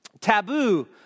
taboo